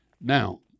Now